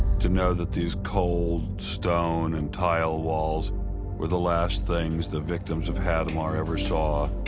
to know that these cold stone and tile walls were the last things the victims of hadamar ever saw.